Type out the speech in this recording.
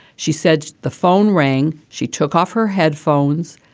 she said the phone rang. she took off her headphones.